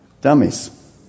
Dummies